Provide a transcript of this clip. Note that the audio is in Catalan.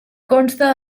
consta